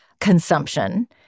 consumption